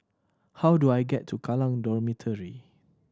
how do I get to Kallang Dormitory